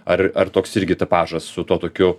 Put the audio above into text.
ar ar toks irgi tipažas su tuo tokiu